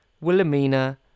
Wilhelmina